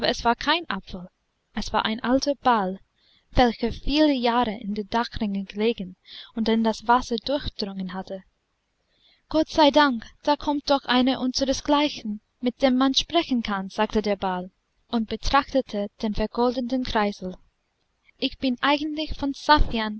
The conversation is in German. es war kein apfel es war ein alter ball welcher viele jahre in der dachrinne gelegen und den das wasser durchdrungen hatte gott sei dank da kommt doch einer unseres gleichen mit dem man sprechen kann sagte der ball und betrachtete den vergoldeten kreisel ich bin eigentlich von saffian